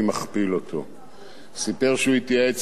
סיפר שהוא התייעץ עם נגידים וה-OECD,